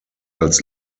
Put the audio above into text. als